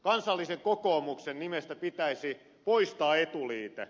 kansallisen kokoomuksen nimestä pitäisi poistaa etuliite